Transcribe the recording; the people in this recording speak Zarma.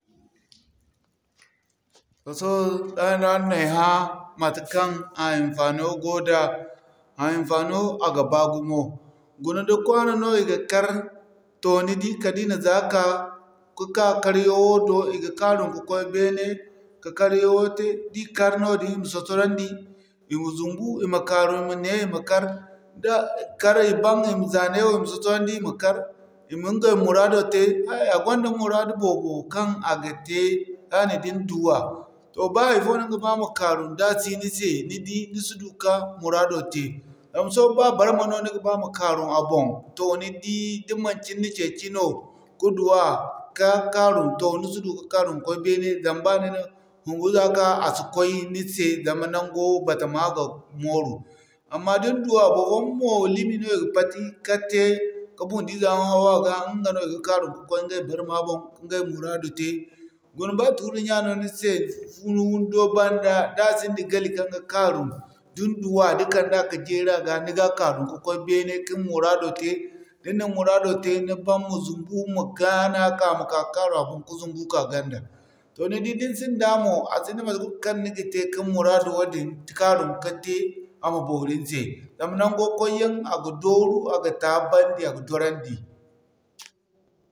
Toh sohõ taya no araŋ na ay hã matekaŋ a hinfaano go da, a hinfaano a ga baa gumo guna da kwano no i ga kar, toh ni di kala da i na za'ka ka'ka kar yaŋo do, i ga kaarum kakoy beene, ka kar yaŋo te, da i kar noodin i ma sosorandi, i ma zumbu, i ma kaarum i ma ne i ma kar, da kar i ban i ma za neewo i ma sosorandi i ma kar, i ma ɲgay muraado te hay, a gonda muraadu boobo kaŋ a ga te taya din duwa. Toh ba hay'fo no ni ga ba ma kaarum da si ni se, ni di, ni si du ka muraado te. Zama sohõ ba barma no ni ga ba ma kaarum a boŋ toh ni di da manci ni na ceeci no, ka duwa ka kaarum ni si du ka kaarum ka koy beene zama ba ni na kungu za'ka a si koy ni se zama nango batama ga mooru. Amma da ni duwa barfoyaŋ mo limi no i ga pati, ka te ka bundu ize yaŋ haw-haw a ga ɲga no i ga kaarum ka'koy ɲgay barma boŋ ka ɲgay muraadu te. Guna ba tuuri ɲya no ni se funu wundo banda da sinda gali kaŋ ga kaaru da ni duwa ni kanda ka jeeri a ga ni ga kaarum ka'koy beene ka ni muraado te da ni na ni muraado te ni baŋ ma zumbu ma gaana ka ma ka'ka kaarum a boŋ ka zumbu ka'ka ganda. Toh ni di da ni sinda mo a sinda matekul kaŋ ni ga te kin muraado wadin kaarum ka te, a ma boori ni se. Zama nango koy yaŋ a ga dooru, a ga taabandi a ga dorandi.